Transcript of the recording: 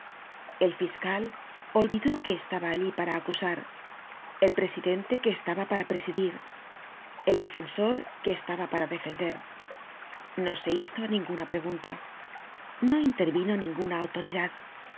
el fiscal olvidó que estaba allí para acusar el presidente que estaba para presidir el defensor que estaba para defender no se hizo ninguna pregunta no intervino ninguna autoridad